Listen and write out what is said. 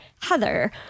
Heather